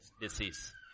disease